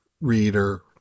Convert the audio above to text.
reader